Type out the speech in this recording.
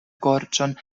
gorĝon